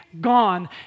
gone